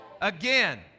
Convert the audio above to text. Again